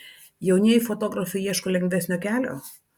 jaunieji fotografai ieško lengvesnio kelio